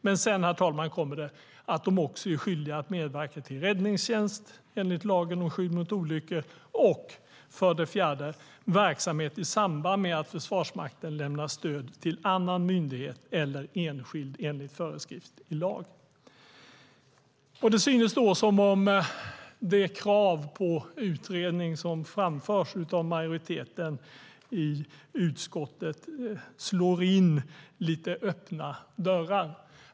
Men sedan, herr talman, kommer det att de också är skyldiga att medverka vid räddningstjänst enligt lagen om skydd mot olyckor och vid verksamhet i samband med att Försvarsmakten lämnar stöd till en annan myndighet eller enskild enligt föreskrift i lag. Det synes då som om det krav på utredning som framförs av majoriteten i utskottet slår in lite öppna dörrar.